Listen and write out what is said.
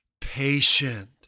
patient